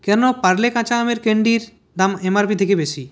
কেন পার্লে কাঁচা আমের ক্যান্ডির দাম এমআরপি থেকে বেশি